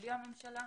בלי הממשלה,